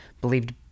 believed